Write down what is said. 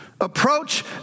Approach